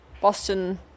Boston